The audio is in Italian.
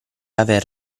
aver